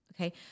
Okay